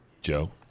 Joe